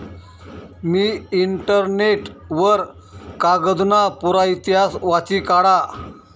मी internet वर कागदना पुरा इतिहास वाची काढा